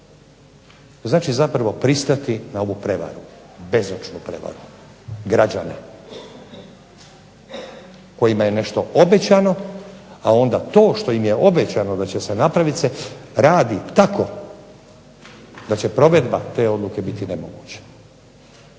Znači zapravo pristati na ovu prevaru, bezočnu prevaru građana, kojima je nešto obećano, a onda to što im je obećano da će se napraviti se radi tako da će provedba te odredbe biti nemoguća.